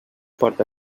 porta